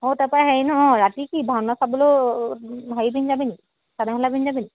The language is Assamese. আৰু তাৰ পৰা হেৰি নহয় অঁ ৰাতি কি ভাওনা চাবলও হেৰি পিন্ধি যাবি নি চাদৰ মেখেলা পিন্ধি যাবি নি